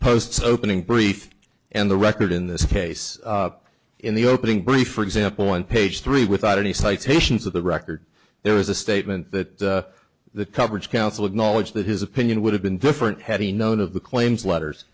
post's opening brief and the record in this case in the opening brief for example on page three without any citations of the record there was a statement that the coverage counsel acknowledged that his opinion would have been different had he known of the claims letters